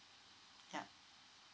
yup